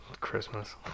Christmas